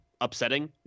upsetting